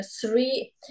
three